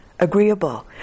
agreeable